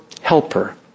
helper